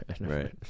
right